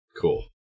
Cool